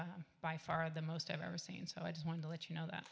s by far the most i've ever seen so i just wanted to let you know that